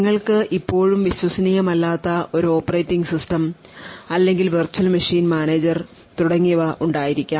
നിങ്ങൾക്ക് ഇപ്പോഴും വിശ്വസനീയമല്ലാത്ത ഒരു ഓപ്പറേറ്റിംഗ് സിസ്റ്റം വിശ്വസനീയമല്ലാത്ത വെർച്വൽ മെഷീൻ മാനേജർമാർ തുടങ്ങിയവ ഉണ്ടായിരിക്കാം